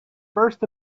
first